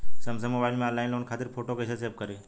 Samsung mobile में online loan खातिर photo कैसे सेभ करीं?